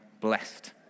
blessed